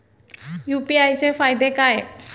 UPI चे फायदे काय?